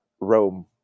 Rome